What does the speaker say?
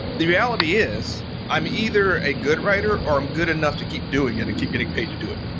the reality is i'm either a good writer or i'm good enough to keep doing it and keep getting paid to do it.